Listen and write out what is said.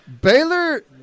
Baylor